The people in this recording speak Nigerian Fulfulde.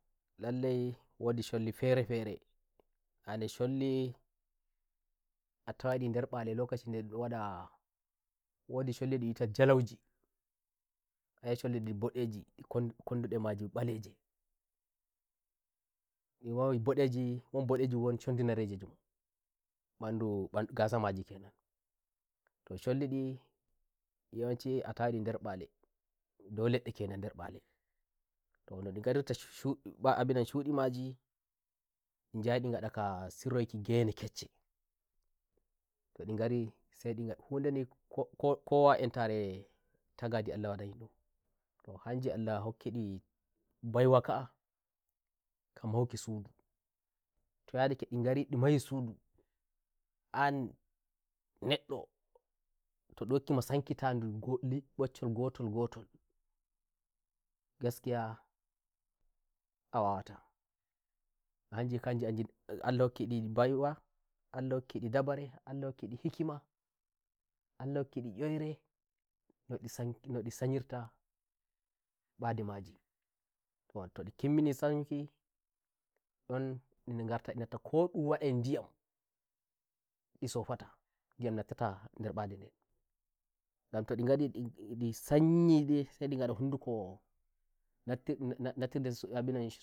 lallai wodi sholli fere ferenane sholli a tawai ndi nder mbale lokaci nden ndun ndon wada wodi sholli ndun wi'ata jalaujiayi ai sjolli mdin mbodeji kondu nde maje mbodejindi mbowai mbodeji won chondi nareji jun "mbandu mbandu" gasa maji kenanto sholli ndin yawanci a tawai mdi nder mbaledou ledde kenan nder mbaleto non ndi garista shush abinan shudi maji ndi jahai ndi ganda ga siroiki gene kecce to ndi gari sai ndi ngada ko kowa entare taghandi allah wandhi ni ndunto hanji allah hokki ndi baiwa ka'a ka mahuki suduto yadake ndi gari ndi mahi suduan neddoh to ndun hokkima sankita gaskiya a wawata allah hokki ndi baiwa allah hokki ndi ndabare allah hokki ndi hikima allah hokki ndi yoire no ndi sayirta mbade majito to ndi himmini sanyukindom ndi ngrata ndj nassa ko ndun wandai ndiyamndi sofata ndiyam nassata nder mbade ndengan to ndi gari ndi sanyi ndi sai mdi ngara "nassirde nassirde abinan"